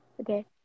okay